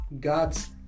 God's